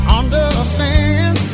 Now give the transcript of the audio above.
understand